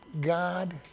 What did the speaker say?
God